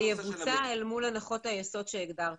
זה יבוצע אל מול הנחות היסוד שהגדרת